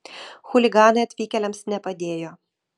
chuliganai atvykėliams nepadėjo